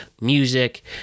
music